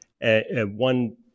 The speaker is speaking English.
one